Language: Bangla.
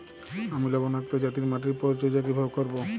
আমি লবণাক্ত জাতীয় মাটির পরিচর্যা কিভাবে করব?